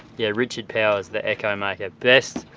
yeah, richard powers, the echo maker. best